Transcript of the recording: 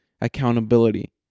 accountability